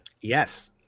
Yes